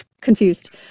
confused